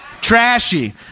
Trashy